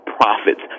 profits